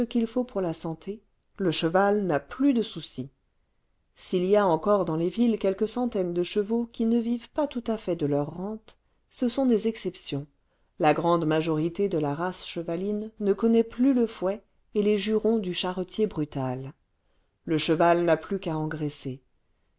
qu'il faut pour la santé le cheval n'a plus de soucis s'il y a encore dans les villes quelques centaines de chevaux qui ne vivent pas tout à fait de leurs rentes ce sont des exceptions la grande majorité de la race chevaline ne connaît plus le fouet et les jurons du charretier brutal le cheval n'a plus qu'à engraisser